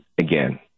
again